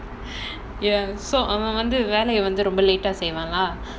ya so அவன் வந்து வேலைய வந்து ரொம்ப:avan vandhu velaiya vandhu romba late ah செய்வானா:seivaanaa